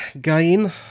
gain